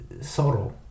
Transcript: sorrow